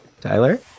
Tyler